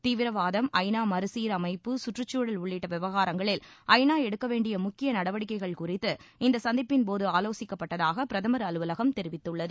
தீவிரவாதம் ஐநா மறுசீரமைப்பு கற்றுச்சூழல் உள்ளிட்ட விவகாரங்களில் ஐநா எடுக்கவேண்டிய முக்கிய நடவடிக்கைகள் குறித்து இந்த சந்திப்பின்போது ஆலோசிக்கப்பட்டதாக பிரதம் அலுவலகம் தெரிவித்துள்ளது